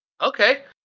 Okay